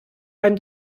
beim